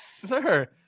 Sir